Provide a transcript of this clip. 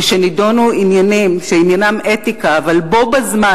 כשנדונו עניינים שעניינם אתיקה אבל בו בזמן